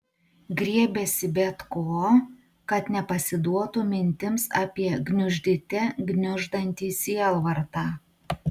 griebėsi bet ko kad nepasiduotų mintims apie gniuždyte gniuždantį sielvartą